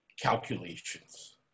calculations